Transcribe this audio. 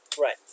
Right